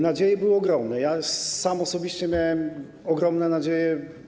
Nadzieje były ogromne, ja sam osobiście żywiłem ogromne nadzieje.